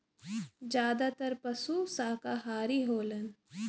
जादातर पसु साकाहारी होलन